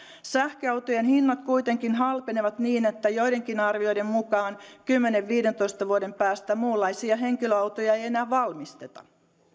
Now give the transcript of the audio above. sähköautojen hinnat kuitenkin halpenevat niin että joidenkin arvioiden mukaan kymmenen viiva viidentoista vuoden päästä muunlaisia henkilöautoja ei enää valmisteta